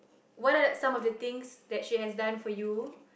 what are some of the things that she has done for you